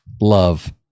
Love